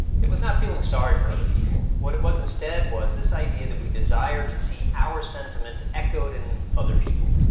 it was not feeling sorry for other people. what it was instead, was this idea that we desire to see our sentiments echoed in other people.